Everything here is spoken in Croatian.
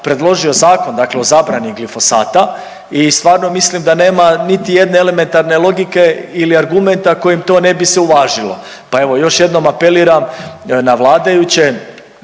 predložio Zakon o zabrani glifosata i stvarno mislim da nema niti jedne elementarne logike ili argumenta kojim to ne bi se uvažilo. Pa evo još jednom apeliram na vladajuće,